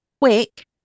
Quick